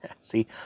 see